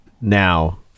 now